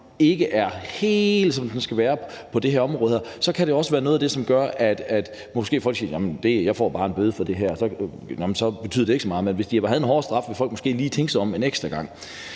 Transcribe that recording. ikke er helt, som den skal være, så måske kan være noget af det, som gør, at folk siger: Jeg får bare en bøde for det her, og det betyder ikke så meget. Men hvis der var en hårdere straf, ville folk måske lige tænke sig om en ekstra gang.